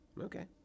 Okay